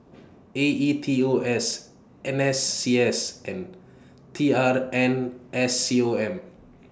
A E T O S N S C S and T R N S C O M